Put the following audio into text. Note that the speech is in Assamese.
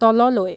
তললৈ